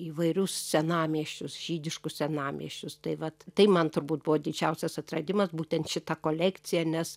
įvairius senamiesčius žydiškus senamiesčius tai vat tai man turbūt buvo didžiausias atradimas būtent šita kolekcija nes